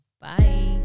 bye